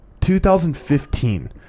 2015